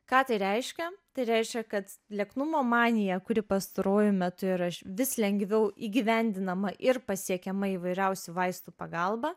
ką tai reiškia tai reiškia kad lieknumo manija kuri pastaruoju metu yra vis lengviau įgyvendinama ir pasiekiama įvairiausių vaistų pagalba